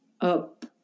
up